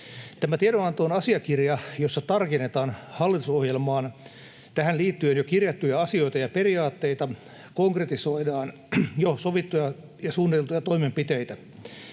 Tämä tiedonanto on asiakirja, jossa tarkennetaan hallitusohjelmaan tähän liittyen jo kirjattuja asioita ja periaatteita, konkretisoidaan jo sovittuja ja suunniteltuja toimenpiteitä.